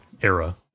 era